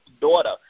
daughter